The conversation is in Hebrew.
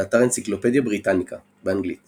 באתר אנציקלופדיה בריטניקה באנגלית